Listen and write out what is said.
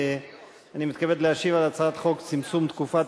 אני מתכבד להשיב על הצעת חוק צמצום תקופת